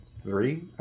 three